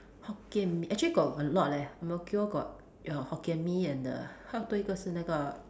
Hokkien Mee actually got a lot leh ang-mo-kio got ya Hokkien Mee and the 还有多一个是那个